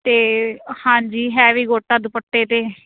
ਅਤੇ ਹਾਂਜੀ ਹੈਵੀ ਗੋਟਾ ਦੁਪੱਟੇ 'ਤੇ